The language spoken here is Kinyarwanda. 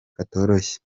katoroshye